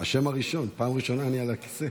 זה השם הראשון, פעם ראשונה שאני על הכיסא.